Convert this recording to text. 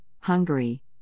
Hungary